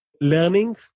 learning